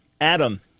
Adam